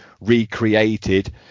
recreated